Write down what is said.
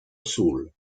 sul